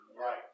Right